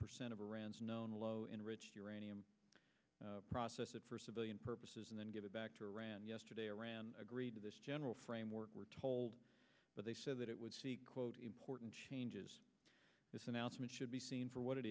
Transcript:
percent of iran's known low enriched uranium process it for civilian purposes and then give it back to iran yesterday iran agreed to this general framework we're told but they said that it would seek quote important changes this announcement should be seen for what it